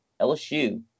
LSU